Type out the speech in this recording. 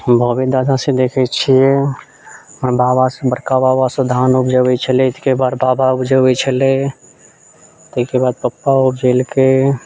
बाबे दादासँ देखै छियै आओर बाबासँ बड़का बाबासँ धान उपजबै छलै परदादा उपजबै छलै तैके बाद पप्पा ओ कयलकै